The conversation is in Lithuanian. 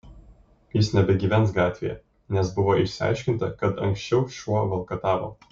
jis nebegyvens gatvėje nes buvo išsiaiškinta kad anksčiau šuo valkatavo